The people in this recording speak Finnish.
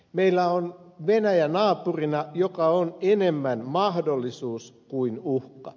meillä on venäjä naapurina joka on enemmän mahdollisuus kuin uhka